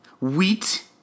wheat